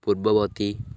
ପୂର୍ବବର୍ତ୍ତୀ